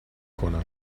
کنم